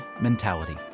Mentality